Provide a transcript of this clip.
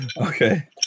Okay